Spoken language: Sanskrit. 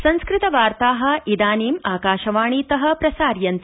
संस्कृतवार्ताः इदानीं आकाशवाणीतः प्रसार्यते